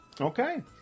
Okay